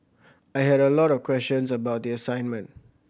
I had a lot of questions about the assignment